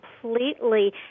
completely